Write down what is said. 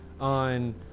on